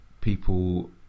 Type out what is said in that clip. people